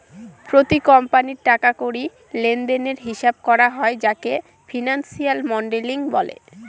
প্রতি কোম্পানির টাকা কড়ি লেনদেনের হিসাব করা হয় যাকে ফিনান্সিয়াল মডেলিং বলে